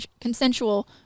consensual